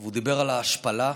הוא דיבר על ההשפלה,